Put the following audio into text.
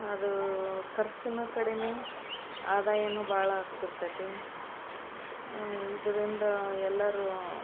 ಅದು ಖರ್ಚೂನು ಕಡಿಮೆ ಆದಾಯನೂ ಭಾಳ ಆಗ್ತಿರ್ತೈತಿ ಇದರಿಂದ ಎಲ್ಲರೂ